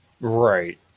Right